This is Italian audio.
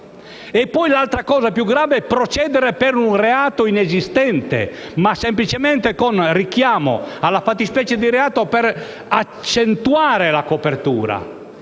e poi - cosa più grave - procedere per un reato inesistente, ma semplicemente con richiamo alla fattispecie di reato per accentuare la copertura